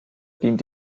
dient